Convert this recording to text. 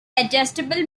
adjustable